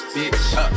Bitch